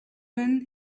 when